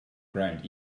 ground